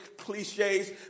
cliches